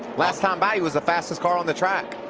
last time by he was the fastest car on the track.